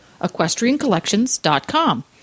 EquestrianCollections.com